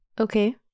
okay